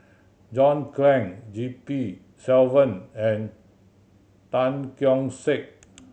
John Clang G P Selvam and Tan Keong Saik